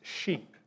sheep